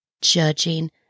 judging